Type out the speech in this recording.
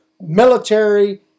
military